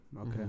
Okay